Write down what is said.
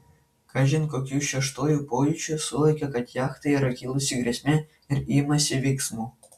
kažin kokiu šeštuoju pojūčiu suvokia kad jachtai yra kilusi grėsmė ir imasi veiksmų